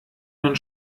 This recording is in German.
man